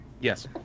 Yes